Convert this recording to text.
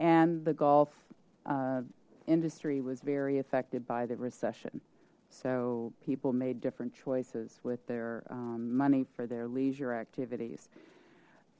and the golf industry was very affected by the recession so people made different choices with their money for their leisure activities